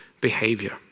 behavior